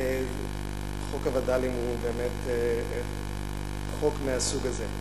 וחוק הווד"לים הוא באמת חוק מהסוג הזה.